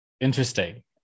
interesting